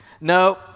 No